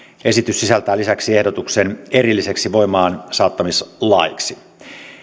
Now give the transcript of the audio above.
esitys sisältää lisäksi ehdotuksen erilliseksi voimaansaattamislaiksi